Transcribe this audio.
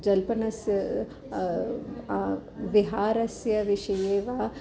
जल्पनस्य विहारस्य विषये वा